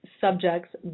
subjects